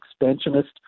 expansionist